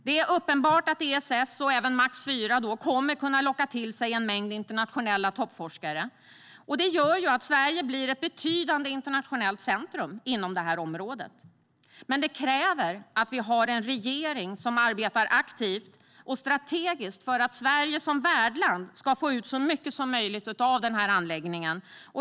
Det är uppenbart att ESS och även MAX IV kommer att kunna locka till sig en mängd internationella toppforskare, vilket gör att Sverige blir ett betydande internationellt centrum inom det här området. Men det kräver att vi har en regering som arbetar aktivt och strategiskt för att Sverige som värdland ska få ut så mycket som möjligt av anläggningen.